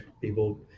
People